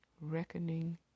Reckoning